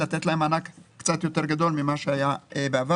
לתת להם מענק קצת יותר גדול מכפי שהיה בעבר.